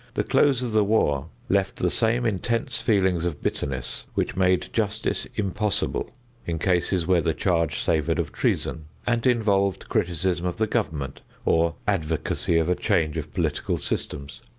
the close of the war left the same intense feelings of bitterness which made justice impossible in cases where the charge savored of treason, and involved criticism of the government, or advocacy of a change of political systems.